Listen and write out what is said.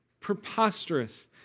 preposterous